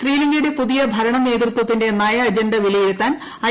ശ്രീലങ്കയുടെ പുതിയ ഭരണ നേതൃത്വത്തിന്റെ നയ അജണ്ട വിലയിരുത്താൻ ഐ